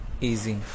easy